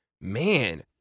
man